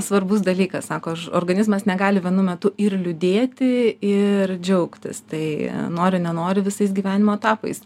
svarbus dalykas sako organizmas negali vienu metu ir liūdėti ir džiaugtis tai nori nenori visais gyvenimo etapais